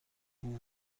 vous